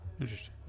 Interesting